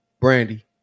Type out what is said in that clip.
Brandy